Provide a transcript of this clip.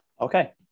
Okay